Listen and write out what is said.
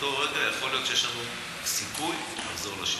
באותו רגע יכול להיות שיש לו סיכוי לחזור לשלטון.